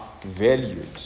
valued